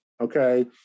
Okay